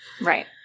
Right